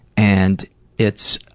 and it's,